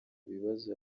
bibazo